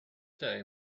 day